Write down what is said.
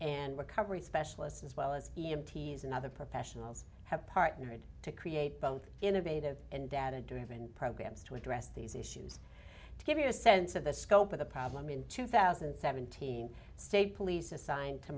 and recovery specialist as well as e m t's and other professionals have partnered to create both innovative and data driven programs to address these issues to give you a sense of the scope of the problem in two thousand and seventeen state police assigned to